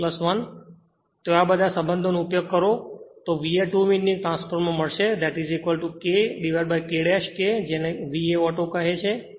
તેથી ત્યાં આ બધા સંબંધોનો ઉપયોગ કરો તો VA ટુ વિન્ડિંગ ટ્રાન્સફોર્મર મળશે K K K જેને VA auto કહે છે